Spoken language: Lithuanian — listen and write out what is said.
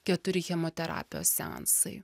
keturi chemoterapijos seansai